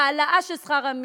להעלאה של שכר המינימום.